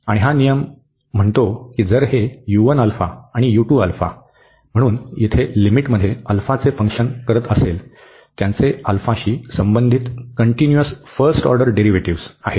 आणि हा नियम म्हणतो की जर हे म्हणून येथे लिमिटमध्ये अल्फाचे फंक्शन करत असेल तर त्यांचे अल्फाशी संबंधित कटिन्यूअस फर्स्ट ऑर्डर डेरिव्हेटिव्ह्ज आहेत